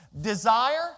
Desire